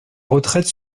retraite